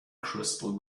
crystal